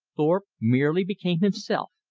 thorpe merely became himself,